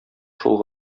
шул